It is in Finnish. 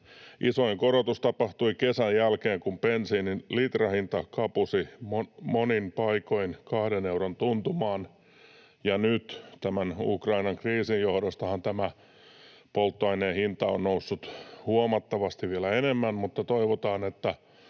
Isoin korotus tapahtui kesän jälkeen, kun bensiinin litrahinta kapusi monin paikoin kahden euron tuntumaan. Ja nyt tämän Ukrainan kriisin johdostahan tämä polttoaineen hinta on noussut vielä huomattavasti enemmän, mutta toivotaan, että